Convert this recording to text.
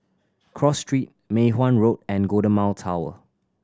Cross Street Mei Hwan Road and Golden Mile Tower